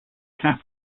cap